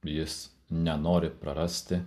jis nenori prarasti